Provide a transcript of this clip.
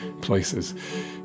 places